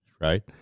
right